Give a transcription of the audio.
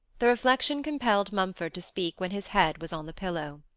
the reflection compelled mumford to speak when his head was on the pillow.